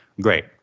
great